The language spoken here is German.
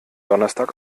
donnerstag